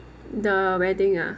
the wedding ah